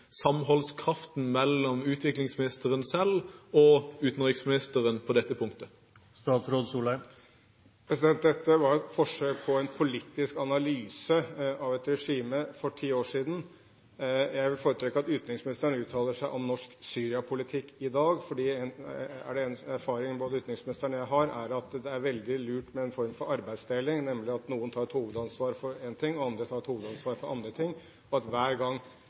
samholdskraften mellom utviklingsministeren selv og utenriksministeren på dette punktet? Dette var et forsøk på en politisk analyse av et regime for ti år siden. Jeg vil foretrekke at utenriksministeren uttaler seg om norsk Syria-politikk i dag. En erfaring både utenriksministeren og jeg har, er at det er veldig lurt med en form for arbeidsdeling, nemlig at noen tar et hovedansvar for en ting, og at andre tar et hovedansvar for andre ting – og hver gang